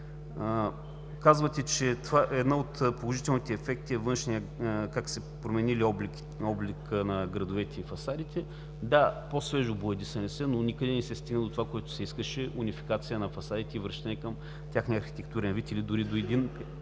Казвате, че един от положителните ефекти е как се е променил обликът на градовете и фасадите. Да, по-свежо боядисани са, но никъде не се стигна до това, което се искаше – унификация на фасадите и връщане към техния архитектурен вид, или дори до еднакъв